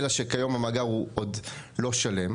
אלא שכיום המאגר הוא עוד לא שלם.